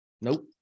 nope